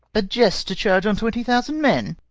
a jest to charge on twenty thousand men!